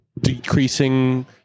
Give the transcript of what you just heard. decreasing